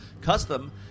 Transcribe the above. custom